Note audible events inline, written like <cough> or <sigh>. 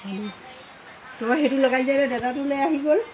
<unintelligible> তাৰপৰা সেইটো লগাই <unintelligible> দাটাটো লৈ আহি গ'ল